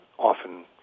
often